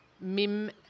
Mim